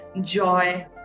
joy